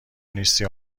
نیستی